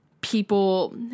people